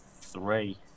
three